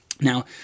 Now